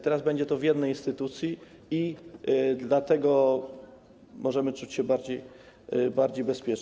Teraz będzie to w jednej instytucji i dlatego możemy czuć się bezpieczniej.